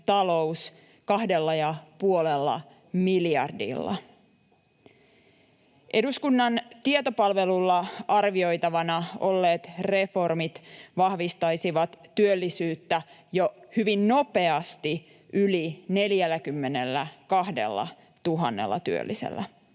talous 2,5 miljardilla. Eduskunnan tietopalvelulla arvioitavana olleet reformit vahvistaisivat työllisyyttä jo hyvin nopeasti yli 42 000 työllisellä.